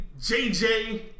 JJ